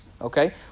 okay